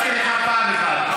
אפשרתי לך פעם אחת.